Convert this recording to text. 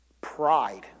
Pride